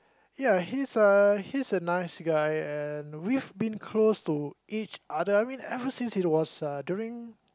ya he's a he's a nice guy and we've been close to each other I mean ever since he was a during